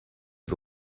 for